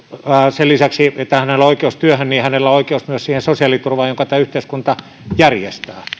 sen lisäksi että hänellä on oikeus työhön oikeus myös siihen sosiaaliturvaan jonka tämä yhteiskunta järjestää